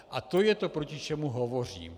A to je to, proti čemu hovořím.